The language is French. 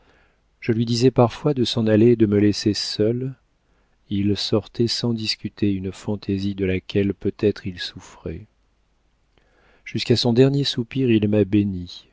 je lui disais parfois de s'en aller et de me laisser seule il sortait sans discuter une fantaisie de laquelle peut-être il souffrait jusqu'à son dernier soupir il m'a bénie